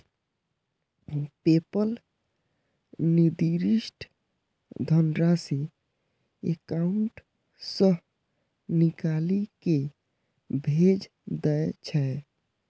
PayPal निर्दिष्ट धनराशि account सं निकालि कें भेज दै छै